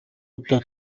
удаа